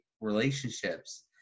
relationships